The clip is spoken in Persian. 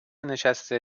نشسته